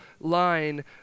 line